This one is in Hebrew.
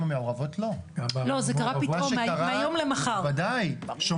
לא, אני אומרת את